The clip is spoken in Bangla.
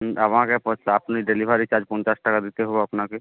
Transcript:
হুম আমাকে পচ আপনি ডেলিভারি চার্জ পঞ্চাশ টাকা দিতে হবে আপনাকে